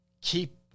keep